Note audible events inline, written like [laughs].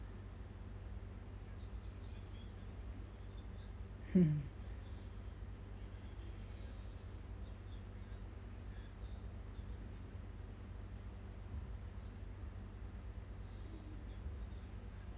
[laughs]